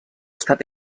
estat